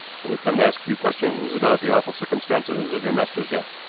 but we've come to ask a few questions about the awful circumstances of your master's death.